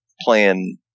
playing